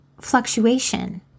fluctuation